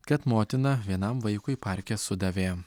kad motina vienam vaikui parke sudavė